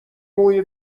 موی